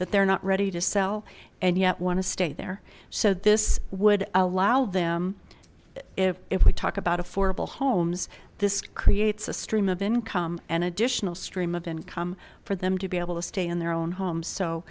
that they're not ready to sell and yet want to stay there so this would allow them if we talk about affordable homes this creates a stream of income an additional stream of income for them to be able to stay in their own homes so